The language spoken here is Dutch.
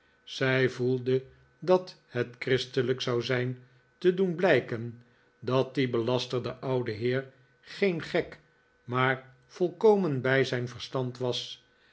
zij voelde dat het christelijk zou zijn te doen blijken dat die belasterde oude heer geen gek maar volkomen bij zijn verstand was